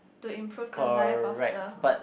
to improve the life of the